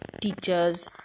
teachers